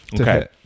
Okay